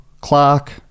Clark